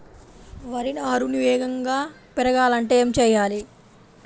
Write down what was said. వరి నారు వేగంగా పెరగాలంటే ఏమి చెయ్యాలి?